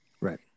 Right